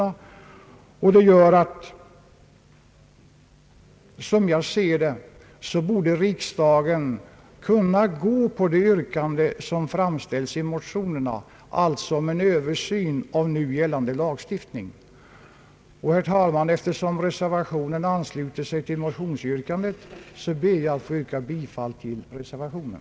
Detta gör att riksdagen, såsom jag ser det, borde kunna biträda det yrkande som framställes i motionerna, alltså om en översyn av nu gällande lagstiftning. Herr talman! Eftersom reservationen ansluter sig till motionsyrkandet, ber jag att få yrka bifall till reservationen.